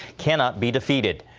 cannot be defeated.